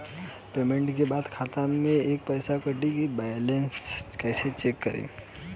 Payment के बाद खाता मे से पैसा कटी त बैलेंस कैसे चेक करेम?